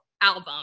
album